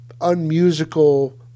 unmusical